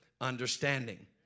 understanding